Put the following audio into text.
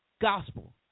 gospel